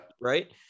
Right